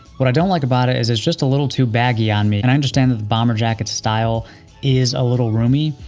what i don't like about it, is it's just a little too baggy on me. and i understand, that the bomber jacket's style is a little roomy.